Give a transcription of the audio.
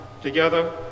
Together